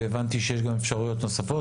והבנתי שיש גם אפשרויות נוספות,